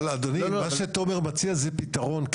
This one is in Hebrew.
אבל אדוני מה שתומר מציע זה פתרון,